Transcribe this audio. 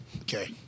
Okay